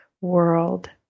world